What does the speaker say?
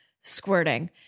squirting